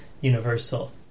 universal